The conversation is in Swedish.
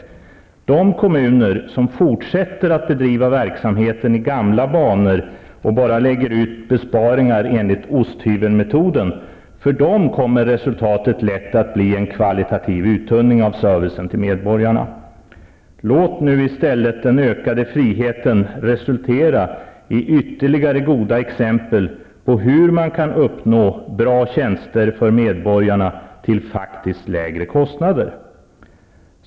För de kommuner som fortsätter att bedriva verksamheten i gamla banor, och bara lägger ut besparingar enligt osthyvelsmetoden, kommer resultatet lätt att bli en kvalitativ uttunning av servicen till medborgarna. Låt nu i stället den ökade friheten resultera i ytterligare goda exempel på hur man kan uppnå bra tjänster för medborgarna till faktiskt lägre kostnader.